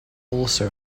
also